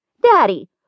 Daddy